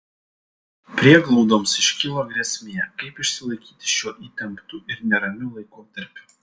prieglaudoms iškilo grėsmė kaip išsilaikyti šiuo įtemptu ir neramiu laikotarpiu